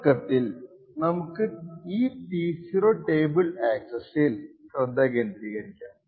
തുടക്കത്തിൽ നമുക്ക് ഈ T0 ടേബിൾ ആക്സസ്സിൽ ശ്രദ്ധ കേന്ദ്രീകരിക്കാം